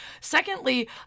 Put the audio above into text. Secondly